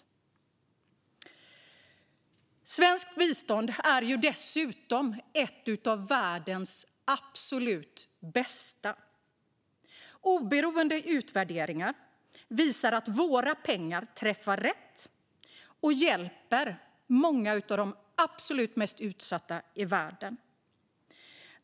Svenskt bistånd är dessutom ett av världens absolut bästa. Oberoende utvärderingar visar att våra pengar träffar rätt och hjälper många av de absolut mest utsatta i världen.